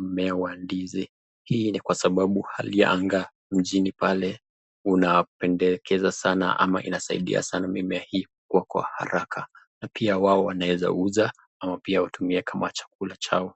mimea wa ndizi, hii ni kwa sababu hali ya anga nchini pale unapendekeza sana ama inasaidia sana mimea hii kukuwa kwa haraka. Na pia wao wataweza uza ama kutumia kama chakula chao.